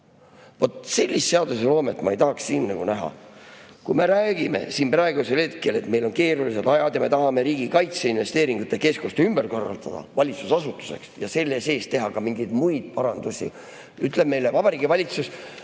Vot sellist seadusloomet ma ei tahaks siin näha. Kui me räägime siin praegu, et meil on keerulised ajad ja me tahame Riigi Kaitseinvesteeringute Keskust ümber korraldada valitsusasutuseks ja selle sees teha ka mingeid muid parandusi, siis ütleb meile Vabariigi Valitsus: